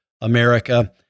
America